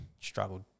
struggled